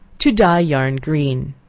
to dye yarn green.